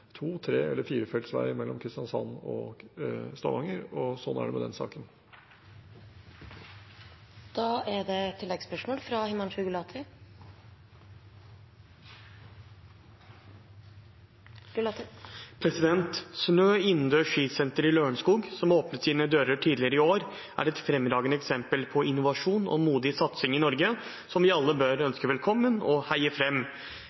to-, tre- eller firefelts vei mellom Kristiansand og Stavanger, og slik er det med den saken. Himanshu Gulati – til oppfølgingsspørsmål. SNØ innendørs fritidssenter i Lørenskog, som åpnet sine dører tidligere i år, er et fremragende eksempel på innovasjon og modig satsing i Norge, som vi alle bør ønske velkommen og heie